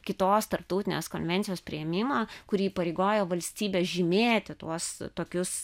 kitos tarptautinės konvencijos priėmimą kuri įpareigojo valstybes žymėti tuos tokius